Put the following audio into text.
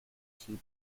cheap